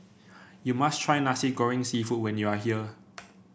you must try Nasi Goreng seafood when you are here